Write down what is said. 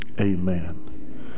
amen